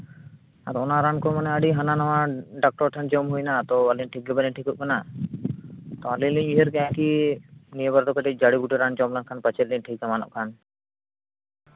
ᱟᱫᱚ ᱚᱱᱟ ᱨᱟᱱ ᱠᱚ ᱢᱟᱱᱮ ᱟᱹᱰᱤ ᱦᱟᱱᱟ ᱱᱚᱣᱟ ᱰᱟᱠᱴᱚᱨ ᱴᱷᱮᱱ ᱡᱚᱢ ᱦᱩᱭᱱᱟ ᱛᱚ ᱴᱷᱤᱠ ᱜᱮ ᱵᱟᱹᱞᱤᱧ ᱴᱷᱤᱠᱚᱜ ᱠᱟᱱᱟ ᱟᱹᱞᱤᱧ ᱞᱤᱧ ᱩᱭᱦᱟᱹᱨ ᱠᱮᱫᱟ ᱠᱤ ᱱᱤᱭᱟᱹᱵᱟᱨ ᱫᱚ ᱠᱟᱹᱴᱤᱡ ᱡᱟᱹᱲᱤ ᱵᱩᱴᱟᱹ ᱨᱟᱱ ᱡᱚᱢ ᱞᱮᱱᱠᱷᱟᱱ ᱯᱟᱪᱮᱜ ᱞᱤᱧ ᱴᱷᱤᱠ ᱮᱢᱟᱱᱚᱜ ᱠᱷᱟᱱ